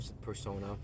persona